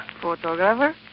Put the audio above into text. Photographer